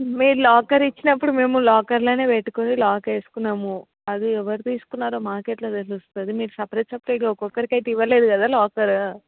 మీరు లాకర్ ఇచ్చినప్పుడు మేము లాకర్లో పెట్టుకొని లాక్ వేసుకున్నాము అది ఎవరు తీసుకున్నారో మాకు ఎట్ల తెలుస్తుంది మీరు సపరేట్ సపరేట్గా ఒక్కొక్కరికి అయితే ఇవ్వలేదు కదా లాకరు